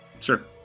Sure